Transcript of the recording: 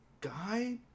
guy